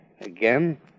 Again